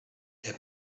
der